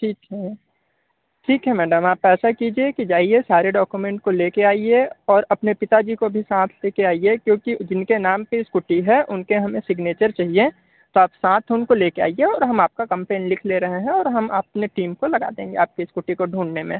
ठीक है ठीक है मैडम आप ऐसा कीजिए कि जाइए सारे डॉकोमेंट को ले कर आइए और अपने पिता जी को भी साथ ले कर आइए क्योंकि जिन के नाम पर स्कूटी है उनके हमें सिग्नेचर चाहिए तो आप साथ उनको ले कर आइए और हम आपका कंप्लेन लिख ले रहें हैं और हम आपने टीम को लगा देंगे आपके स्कूटी को ढूंढने में